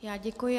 Já děkuji.